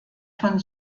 von